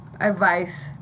Advice